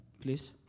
please